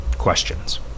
questions